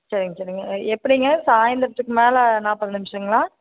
சரிங்க சரிங்க எப்படிங்க சாய்ந்தரத்துக்கு மேலே நாற்பது நிமிஷங்களா